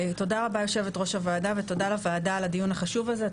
תודה רבה יושבת-ראש הוועדה ותודה לוועדה על הדיון החשוב הזה.